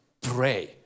pray